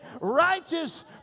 righteous